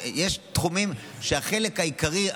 יש תחומים שבהם החלק העיקרי,